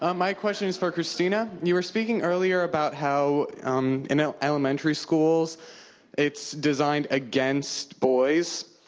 ah my question is for christina. you were speaking earlier about how um in ah elementary school it's designed against boys.